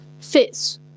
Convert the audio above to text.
fits